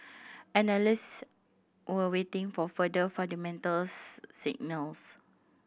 analysts were waiting for further fundamental signal